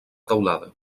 teulada